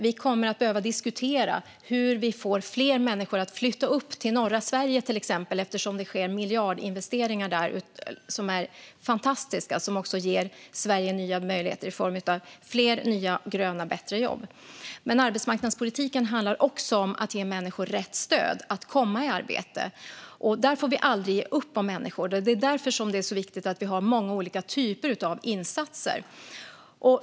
Vi kommer att behöva diskutera hur vi får fler människor att flytta upp till norra Sverige, till exempel, eftersom det sker miljardinvesteringar där. Det är fantastiska investeringar som ger Sverige nya möjligheter i form av fler nya, gröna och bättre jobb. Men arbetsmarknadspolitiken handlar också om att ge människor rätt stöd att komma i arbete. Där får vi aldrig ge upp om människor, och det är därför det är så viktigt att vi har många olika typer av insatser.